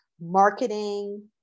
Marketing